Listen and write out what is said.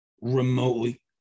remotely